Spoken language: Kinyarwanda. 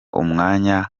umwanya